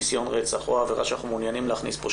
ניסיון רצח או עבירה שאנחנו מעוניינים להכניס פה,